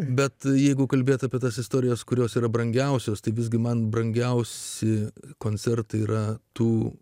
bet jeigu kalbėti apie tas istorijas kurios yra brangiausios tai visgi man brangiausi koncertai yra tų